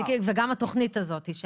וגם התוכנית הזאת.